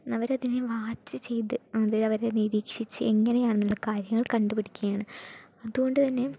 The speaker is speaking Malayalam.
അവർ അതിനെ വാച് ചെയ്ത് അവർ അവരെ നിരീക്ഷിച്ചു എങ്ങനെയാണ് കാര്യങ്ങൾ എന്ന് കണ്ടു പിടിക്കുകയാണ് അതുകൊണ്ടുതന്നെ